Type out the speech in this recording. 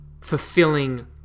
fulfilling